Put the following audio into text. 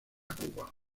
cuba